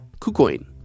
KuCoin